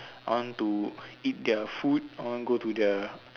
I want to eat their food I want go to the